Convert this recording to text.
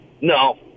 No